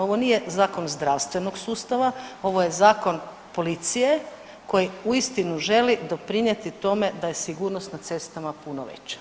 Ovo nije zakon zdravstvenog sustava, ovo je zakon policije koji uistinu želi doprinijeti tome da je sigurnost na cestama puno veća.